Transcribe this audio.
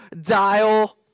dial